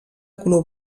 color